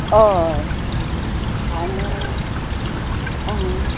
हय आनी आं